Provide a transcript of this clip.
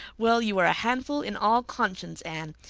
well, you were a handful, in all conscience, anne.